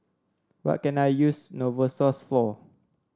what can I use Novosource for